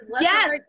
yes